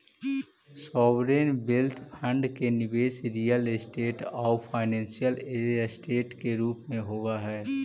sovereign wealth fund के निवेश real estate आउ फाइनेंशियल ऐसेट के रूप में होवऽ हई